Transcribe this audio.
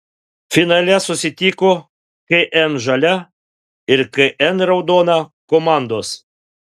finale susitiko kn žalia ir kn raudona komandos